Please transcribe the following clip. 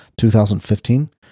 2015